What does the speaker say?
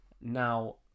Now